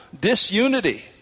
disunity